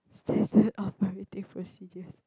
of my waiting procedures